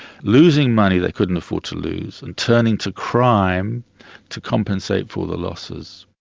losing money they couldn't afford to lose, and turning to crime to compensate for the losses.